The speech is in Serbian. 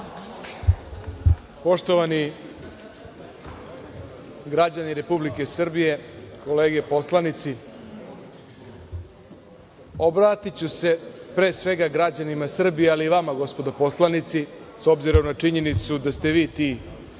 Poštovani građani Republike Srbije, kolege poslanici, obratiću se pre svega građanima Srbije, ali i vama gospodo poslanici, s obzirom na činjenicu da ste vi ti